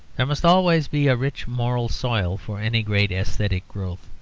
there must always be a rich moral soil for any great aesthetic growth.